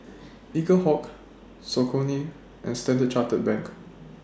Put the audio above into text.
Eaglehawk Saucony and Standard Chartered Bank